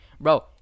bro